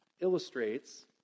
illustrates